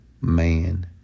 man